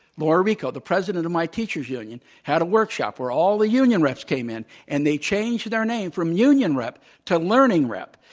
laura rico, the president of my teachers' union had a workshop where all the union reps came in and they changed their name from union rep to learning rep.